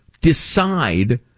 decide